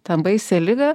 tą baisią ligą